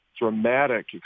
dramatic